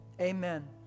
amen